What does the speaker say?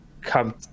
come